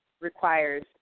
requires